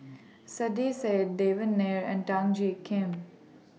Saiedah Said Devan Nair and Dan Jiak Kim